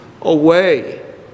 away